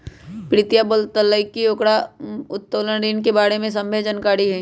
प्रीतिया बोललकई कि ओकरा उत्तोलन ऋण के बारे में सभ्भे जानकारी हई